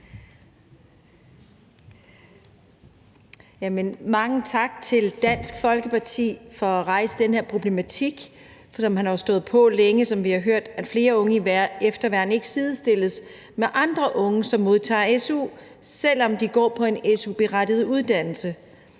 Mange tak til Dansk Folkeparti for at rejse den her problematik, der, som vi har hørt, har eksisteret i lang tid, nemlig at flere unge i efterværn ikke sidestilles med andre unge, som modtager su, selv om de går på en su-berettiget uddannelse.